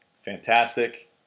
fantastic